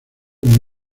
muy